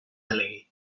delegui